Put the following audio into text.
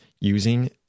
using